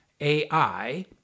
AI